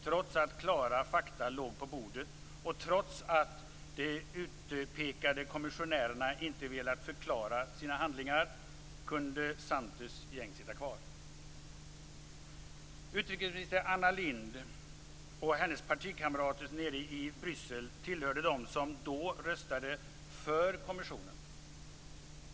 Trots att klara fakta låg på bordet, och trots att de utpekade kommissionärerna inte velat förklara sina handlingar, kunde Bryssel tillhörde dem som då röstade för kommissionen.